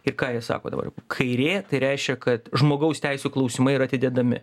ir ką jie sako dabar kairė tai reiškia kad žmogaus teisių klausimai yra atidedami